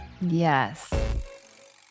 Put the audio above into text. Yes